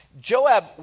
Joab